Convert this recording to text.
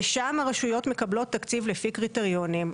ושם הרשויות מקבלות תקציב לפי קריטריונים,